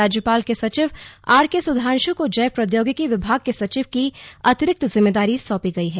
राज्यपाल के सचिव आरके सुधांश् को जैव प्रौद्योगिकी विभाग के सचिव की अतिरिक्त जिम्मेदारी सौंपी गई है